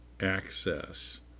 access